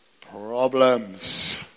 Problems